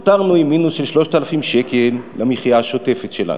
נותרנו עם מינוס של 3,000 שקל למחיה השוטפת שלנו.